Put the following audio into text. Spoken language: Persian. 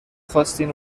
خواستین